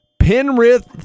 Penrith